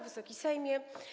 Wysoki Sejmie!